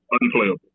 unplayable